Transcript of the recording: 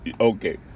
okay